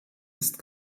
ist